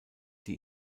die